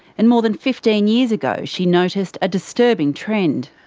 and more than fifteen years ago she noticed a disturbing trend.